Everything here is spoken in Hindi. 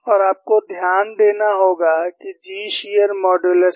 और आपको ध्यान देना होगा कि G शियर मोडूलेस है